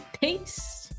Peace